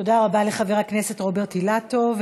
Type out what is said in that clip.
תודה רבה לחבר הכנסת רוברט אילטוב.